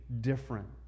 different